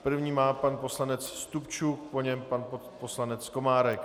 První má pan poslanec Stupčuk, po něm pan poslanec Komárek.